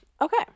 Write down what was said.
Okay